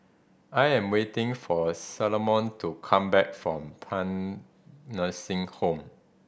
I am waiting for Salome to come back from Paean Nursing Home